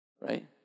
Right